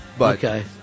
Okay